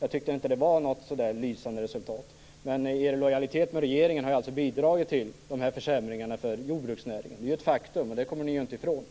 Jag tyckte inte att det var något direkt lysande resultat. Men er lojalitet med regeringen har alltså bidragit till de här försämringarna för jordbruksnäringen. Det är ett faktum, och det kommer ni inte ifrån.